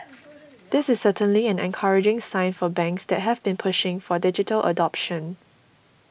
this is certainly an encouraging sign for banks that have been pushing for digital adoption